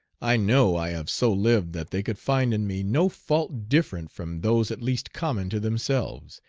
i know i have so lived that they could find in me no fault different from those at least common to themselves,